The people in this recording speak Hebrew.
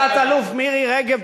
תת-אלוף מירי רגב,